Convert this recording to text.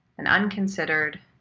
and unconsidered,